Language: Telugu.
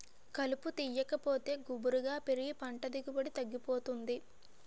కలుపు తీయాకపోతే గుబురుగా పెరిగి పంట దిగుబడి తగ్గిపోతుంది